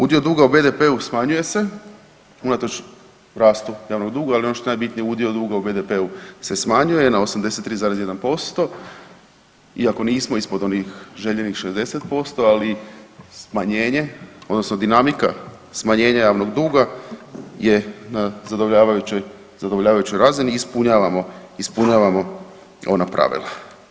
Udio duga u BDP-u smanjuje se, unatoč rastu javnog duga, ali ono što je najbitnije udio duga u BDP-u se smanjuje na 83,1% iako nismo ispod onih željenih 60%, ali smanjenje odnosno dinamika smanjenja javnog duga je na zadovoljavajućoj razini i ispunjavamo ona pravila.